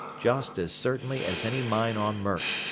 just as certainly as any mine on mert,